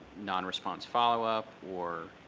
non-response follow-up or,